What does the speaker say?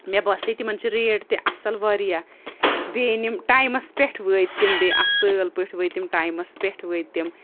مےٚ باسے تِمَن چھِ ریٹ تہِ اَصٕل واریاہ بیٚیہِ أنِم ٹایمَس پٮ۪ٹھ وٲتۍ تِم بیٚیہِ اَصۭل پٲٹھۍ وٲتۍ تِم ٹایمَس پٮ۪ٹھ وٲتۍ تِم